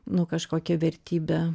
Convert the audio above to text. nu kažkokia vertybe